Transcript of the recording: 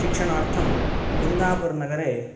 शिक्षणार्थं कुन्दापुरनगरे